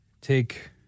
take